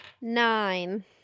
Nine